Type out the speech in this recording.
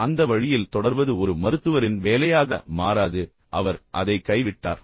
பின்னர் அந்த வழியில் தொடர்வது ஒரு மருத்துவரின் வேலையாக மாறாது பின்னர் அவர் அதை கைவிட்டார்